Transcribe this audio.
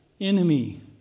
enemy